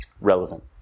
relevant